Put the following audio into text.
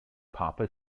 papa